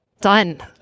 done